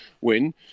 win